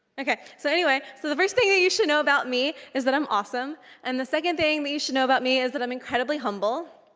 okay, so anyway, so the first thing you should know about me is that i'm awesome and the second thing that you should know about me is that i'm incredibly humble.